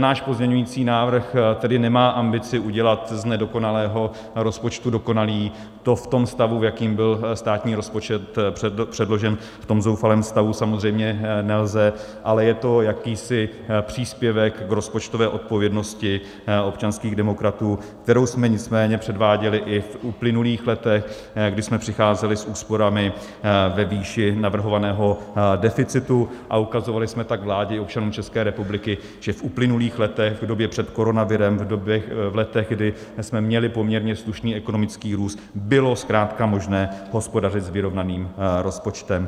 Náš pozměňující návrh tedy nemá ambici udělat z nedokonalého rozpočtu dokonalý, to v tom stavu, v jakém byl státní rozpočet předložen, v tom zoufalém stavu, samozřejmě nelze, ale je to jakýsi příspěvek v rozpočtové odpovědnosti občanských demokratů, kterou jsme nicméně předváděli i v uplynulých letech, kdy jsme přicházeli s úsporami ve výši navrhovaného deficitu, a ukazovali jsme tak vládě i občanům České republiky, že v uplynulých letech, v době před koronavirem, v letech, kdy jsme měli poměrně slušný ekonomický růst, bylo zkrátka možné hospodařit s vyrovnaným rozpočtem.